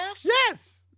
Yes